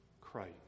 Christ